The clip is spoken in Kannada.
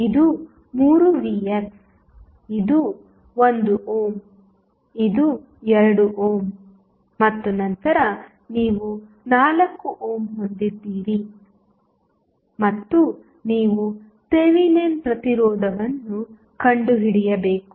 ಇದು 3vx ಇದು 1 ಓಮ್ ಇದು 2 ಓಮ್ ಮತ್ತು ನಂತರ ನೀವು 4 ಓಮ್ ಹೊಂದಿದ್ದೀರಿ ಮತ್ತು ನೀವು ಥೆವೆನಿನ್ ಪ್ರತಿರೋಧವನ್ನು ಕಂಡುಹಿಡಿಯಬೇಕು